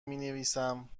مینویسم